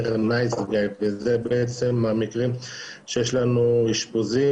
'נייס גאי' וזה המקרים שיש לנו אשפוזים.